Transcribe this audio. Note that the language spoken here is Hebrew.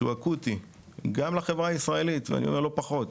שהוא אקוטי גם לחברה הישראלית ואני אומר לא פחות.